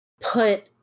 put